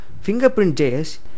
Fingerprint.js